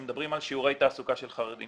כאשר מדברים על שיעורי תעסוקה של חרדים,